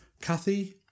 Kathy